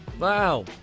Wow